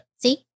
See